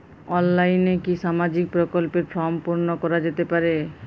অনলাইনে কি সামাজিক প্রকল্পর ফর্ম পূর্ন করা যেতে পারে?